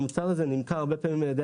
המוצר הזה נמכר הרבה פעמים על ידי